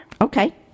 Okay